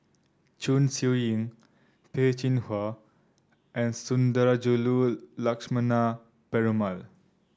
Chong Siew Ying Peh Chin He and Sundarajulu Lakshmana Perumal